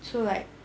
so like